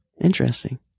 Interesting